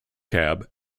cab